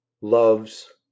loves